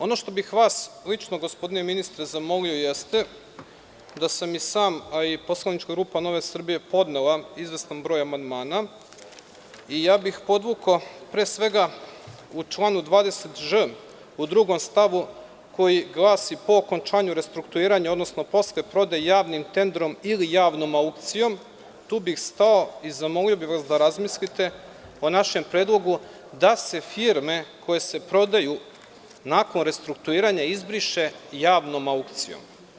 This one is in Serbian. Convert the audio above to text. Ono što bih vas lično gospodine ministre zamolio jeste, jer sam i sam, a i poslanička grupa NS podnela, izvestan broj amandmana i podvukao bih pre svega u članu 20ž. u stavu 2. koji glasi – po okončanju restrukturiranja, odnosno posle prodaje javnim tenderom ili javnom aukcijom, tu bih stao i zamolio vas da razmislite o našem predlogu da se firme koje se prodaju nakon restrukturiranja izbiše – javnom aukcijom.